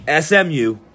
SMU